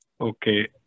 Okay